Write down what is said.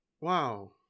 Wow